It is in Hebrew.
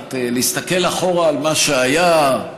קצת להסתכל אחורה על מה שהיה,